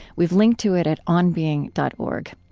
we've linked to it at onbeing dot org.